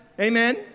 Amen